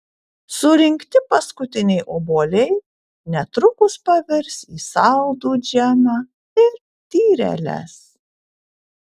surinkti paskutiniai obuoliai netrukus pavirs į saldų džemą ir tyreles